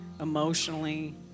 emotionally